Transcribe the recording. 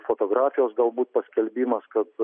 fotografijos galbūt paskelbimas kad